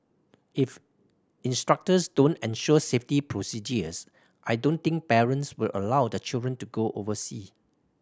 if instructors don't ensure safety procedures I don't think parents will allow their children to go oversea